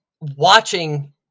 watching